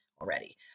already